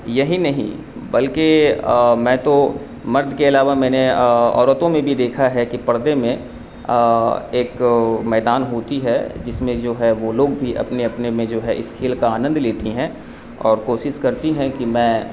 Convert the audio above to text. یہی نہیں بلکہ میں تو مرد کے علاوہ میں نے عورتوں میں بھی دیکھا ہے کہ پردے میں ایک میدان ہوتی ہے جس میں جو ہے وہ لوگ بھی اپنے اپنے میں جو ہے اس کھیل کا آنند لیتی ہیں اور کوشش کرتی ہیں کہ میں